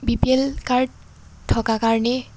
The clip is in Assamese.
বি পি এল কাৰ্ড থকাৰ কাৰণেই